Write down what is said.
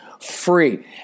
free